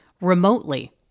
remotely